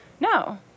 No